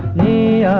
the